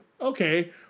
Okay